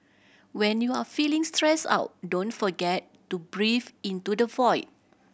when you are feeling stressed out don't forget to breathe into the void